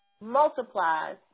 multiplies